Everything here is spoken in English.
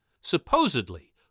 Supposedly